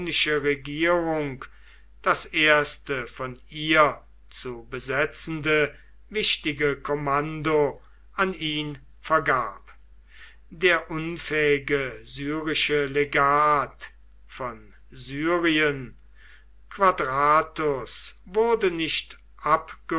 regierung das erste von ihr zu besetzende wichtige kommando an ihn vergab der unfähige syrische legat von syrien quadratus wurde nicht